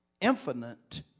infinite